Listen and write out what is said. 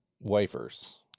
wafers